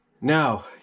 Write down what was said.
Now